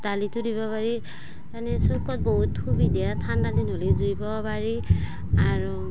দালিতো দিব পাৰি এনেই চৌকাত বহুত সুবিধা ঠাণ্ডা দিন হ'লে জুই ফুৰাব পাৰি আৰু